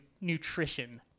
nutrition